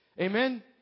Amen